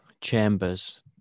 chambers